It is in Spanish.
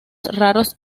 raros